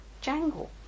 jangle